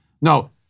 No